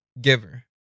giver